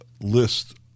list